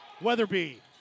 Weatherby